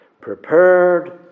Prepared